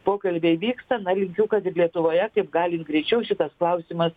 pokalbiai vyksta na linkiu kad ir lietuvoje kaip galim greičiau šitas klausimas